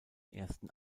ersten